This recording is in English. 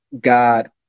God